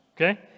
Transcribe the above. Okay